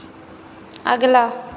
अगला